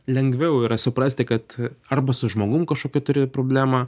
lengviau yra suprasti kad arba su žmogum kažkokią turi problemą